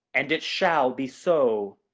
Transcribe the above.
and it shall be so.